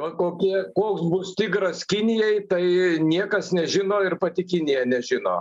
va kokie koks bus tigras kinijai tai niekas nežino ir pati kinija nežino